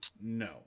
No